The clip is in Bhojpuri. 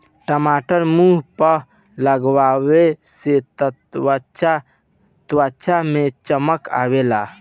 टमाटर मुंह पअ लगवला से त्वचा में चमक आवेला